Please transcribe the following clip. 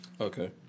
Okay